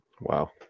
Wow